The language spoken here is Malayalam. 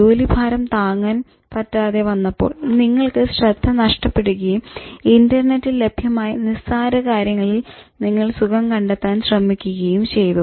ജോലിഭാരം താങ്ങാൻ പറ്റാതെ വന്നപ്പോൾ നിങ്ങൾക്ക് ശ്രദ്ധ നഷ്ടപ്പെടുകയും ഇന്റർനെറ്റിൽ ലഭ്യമായ നിസ്സാര കാര്യങ്ങളിൽ നിങ്ങൾ സുഖം കണ്ടെത്താൻ ശ്രമിക്കുകയും ചെയ്തു